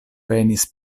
penis